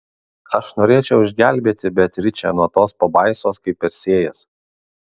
aš norėčiau išgelbėti beatričę nuo tos pabaisos kaip persėjas